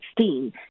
2016